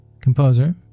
composer